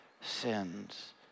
sins